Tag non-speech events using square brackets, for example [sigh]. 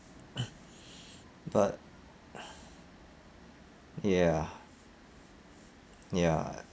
[noise] but [noise] ya ya